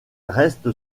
reste